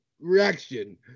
reaction